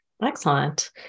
Excellent